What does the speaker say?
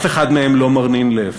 אף אחד מהם לא מרנין לב.